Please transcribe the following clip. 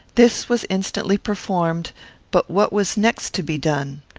this was instantly performed but what was next to be done?